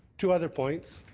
two other points,